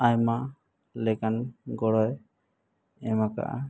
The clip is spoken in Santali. ᱟᱭᱢᱟ ᱞᱮᱠᱟᱱ ᱜᱚᱲᱚᱭ ᱮᱢ ᱟᱠᱟᱫᱼᱟ